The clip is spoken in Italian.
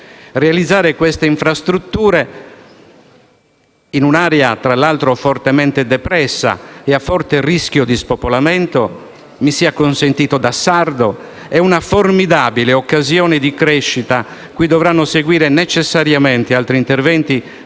Realizzare queste infrastrutture in un'area tra l'altro fortemente depressa e a forte rischio di spopolamento - mi sia consentito dirlo da sardo - è una formidabile occasione di crescita cui dovranno seguire necessariamente altri interventi